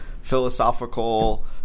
philosophical